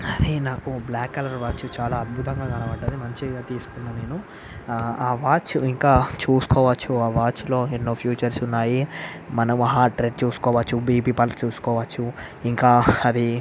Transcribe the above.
కాని నాకు black colour watch చాలా అద్భుతంగా కనబడింది మంచిగా తీసుకున్న నేను ఆ వాచ్ ఇంకా చూసుకోవచ్చు ఆ వాచ్లో ఎన్నో ఫీచర్స్ ఉన్నాయి మనం హార్ట్ రేట్ చూసుకోవచ్చు బీపీ పల్స్ చూసుకోవచ్చు ఇంకా అది